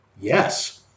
yes